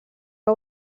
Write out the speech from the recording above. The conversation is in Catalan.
que